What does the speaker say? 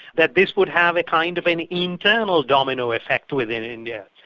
that this would have a kind of an internal domino effect within india.